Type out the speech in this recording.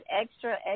extra